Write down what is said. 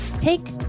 Take